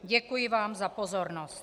Děkuji vám za pozornost.